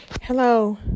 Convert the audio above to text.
hello